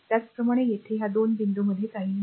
त्याचप्रमाणे येथे या 2 बिंदूंमध्ये काहीही नाही